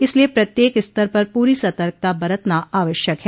इसलिये प्रत्येक स्तर पर पूरी सतर्कता बरतना आवश्यक है